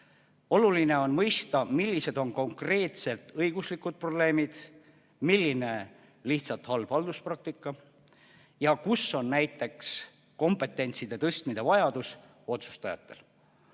Oluline on mõista, millised on konkreetselt õiguslikud probleemid, milline lihtsalt halb halduspraktika ja kus on näiteks vajadus tõsta otsustajate